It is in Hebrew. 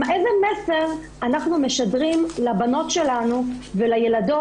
איזה מסר אנחנו משדרים לבנות שלנו ולילדות